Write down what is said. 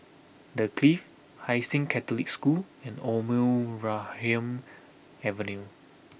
The Clift Hai Sing Catholic School and Omar Khayyam Avenue